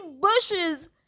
bushes